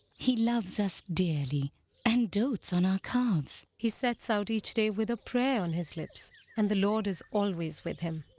he loves us dearly and dotes on our calves. he sets out each day with a prayer on his lips and the lord is always with him.